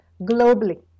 globally